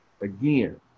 Again